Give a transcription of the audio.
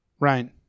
Right